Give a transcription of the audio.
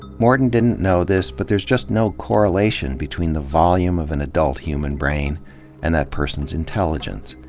morton didn't know this, but there's just no correlation between the volume of an adult human brain and that person's intelligence.